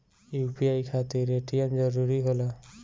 UPI खातिर ATM जरूरी होला?